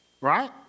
right